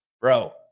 Bro